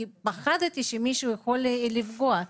כי פחדתי שמישהו יכול לפגוע.